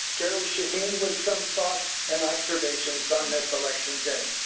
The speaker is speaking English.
gary shaheen, with some thoughts and observations on this election day.